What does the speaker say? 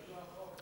זה לא נכון.